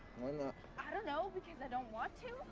i mean i don't know because i don't want to.